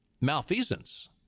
malfeasance